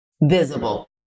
Visible